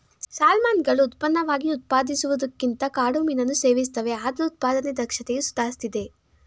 ಸಾಲ್ಮನ್ಗಳು ಉತ್ಪನ್ನವಾಗಿ ಉತ್ಪಾದಿಸುವುದಕ್ಕಿಂತ ಕಾಡು ಮೀನನ್ನು ಸೇವಿಸ್ತವೆ ಆದ್ರೂ ಉತ್ಪಾದನೆ ದಕ್ಷತೆಯು ಸುಧಾರಿಸ್ತಿದೆ